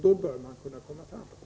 Då bör den vägen vara framkomlig.